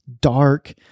dark